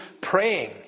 praying